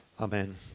Amen